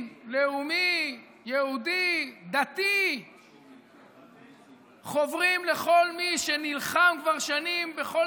לאומי יהודי דתי חוברים לכל מי שנלחם כבר שנים בכל